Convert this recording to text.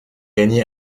gagné